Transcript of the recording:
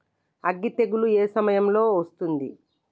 అగ్గి తెగులు ఏ సమయం లో వస్తుంది?